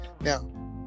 Now